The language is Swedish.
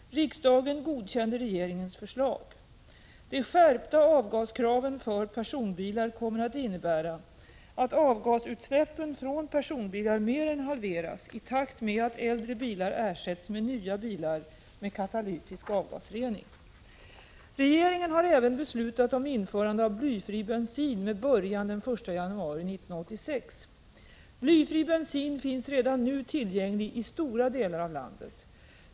Riksdagen godkände regeringens förslag. De skärpta avgaskraven för personbilar kommer att innebära att avgasutsläppen från personbilar mer än halveras i takt med att äldre bilar ersätts med nya bilar med katalytisk avgasrening. Regeringen har även beslutat om införande av blyfri bensin med början den 1 januari 1986. Blyfri bensin finns redan nu tillgänglig i stora delar av landet.